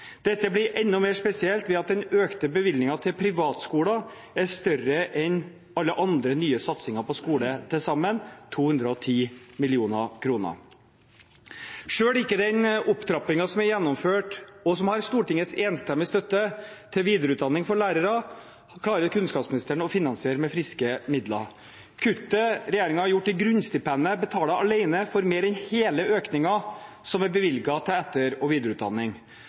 Dette blir enda mer spesielt ved at den økte bevilgningen til privatskoler er større enn alle andre nye satsinger på skole til sammen – 210 mill. kr. Selv ikke den opptrappingen som er gjennomført, og som har Stortingets enstemmige støtte til videreutdanning for lærere, klarer kunnskapsministeren å finansiere med friske midler. Kuttet regjeringen har gjort i grunnstipendet, betaler alene for mer enn hele økningen som er bevilget til etter- og videreutdanning.